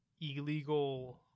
illegal